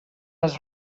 les